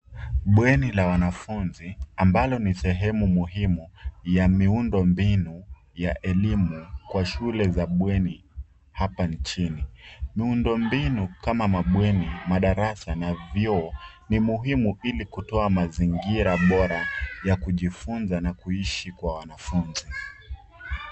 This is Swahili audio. Bweni la wanafunzi ambalo ni sehemu muhimu ya miundo mbinu ya elimu kwa shule za bweni hapa nchini ,miundo mbinu kama mabweni ,madarasa na vyoo ni muhimu ili kutoa mazingira bora ya kujifunza na kuishi kwa wanafunzi.